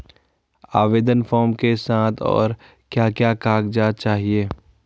आवेदन फार्म के साथ और क्या क्या कागज़ात चाहिए?